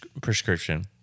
prescription